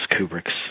Kubrick's